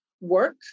work